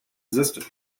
existent